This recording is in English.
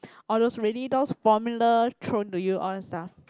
all those ready those formula thrown to you all those stuff